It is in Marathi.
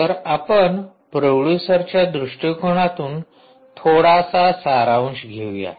तर आपण प्रोडूसरच्या दृष्टिकोनातून थोडासा सारांश घेऊया